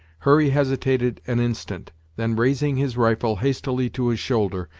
hurry hesitated an instant then raising his rifle hastily to his shoulder,